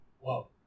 wow